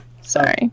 sorry